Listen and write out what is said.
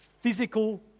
physical